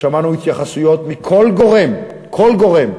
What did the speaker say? שמענו התייחסויות מכל גורם, כל גורם,